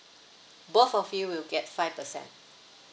both of you will get five percent